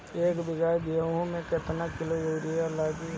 एक बीगहा गेहूं में केतना किलो युरिया लागी?